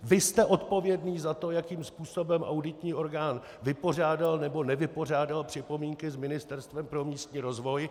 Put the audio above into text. Vy jste odpovědný za to, jakým způsobem auditní orgán vypořádal nebo nevypořádal připomínky s Ministerstvem pro místní rozvoj.